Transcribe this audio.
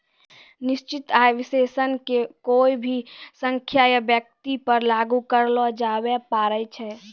निश्चित आय विश्लेषण के कोय भी संख्या या व्यक्ति पर लागू करलो जाबै पारै छै